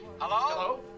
Hello